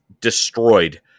destroyed